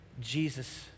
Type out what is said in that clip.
Jesus